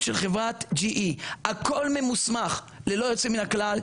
של חברת GE. הכל ממוסמך ללא יוצא מן הכלל,